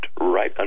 right